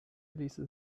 ließe